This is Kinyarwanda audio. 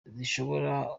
zishobora